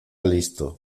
listo